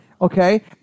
Okay